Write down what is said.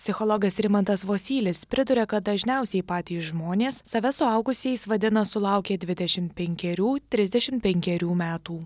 psichologas rimantas vosylis priduria kad dažniausiai patys žmonės save suaugusiais vadina sulaukę dvidešim penkerių trisdešim penkerių metų